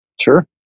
Sure